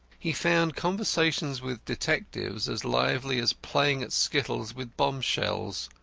he found conversation with detectives as lively as playing at skittles with bombshells.